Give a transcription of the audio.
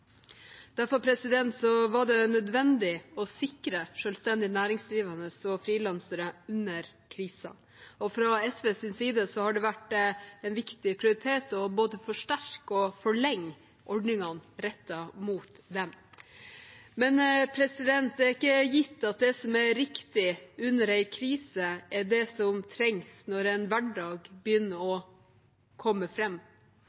Derfor var det nødvendig å sikre selvstendig næringsdrivende og frilansere under krisen. Fra SVs side har det vært en viktig prioritet både å forsterke og forlenge ordningene rettet mot dem. Men det er ikke gitt at det som er riktig under en krise, er det som trengs når en hverdag begynner